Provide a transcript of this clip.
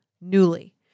Newly